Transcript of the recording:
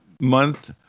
month –